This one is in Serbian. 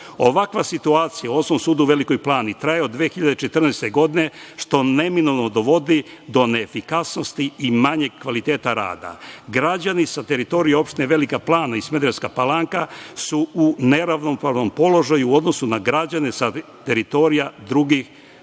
Ovakva situacija u Osnovnom sudu u Velikoj Plani traje od 2014. godine, što neminovno dovodi do neefikasnosti i manjeg kvaliteta rada. Građani sa teritorije opština Velika Plana i Smederevska Palanka su u neravnopravnom položaju u odnosu na građane sa teritorija drugih navedenih